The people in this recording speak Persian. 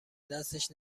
دستش